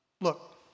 Look